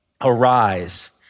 arise